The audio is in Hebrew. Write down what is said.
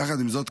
יחד עם זאת,